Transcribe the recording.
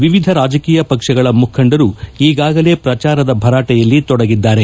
ವಿವಿಧ ರಾಜಕೀಯ ಪಕ್ಷಗಳ ಮುಖಂಡರು ಈಗಾಗಲೇ ಪ್ರಚಾರದ ಭರಾಟೆಯಲ್ಲಿ ತೊಡಗಿದ್ದಾರೆ